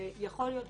יכול להיות,